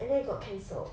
and then got cancelled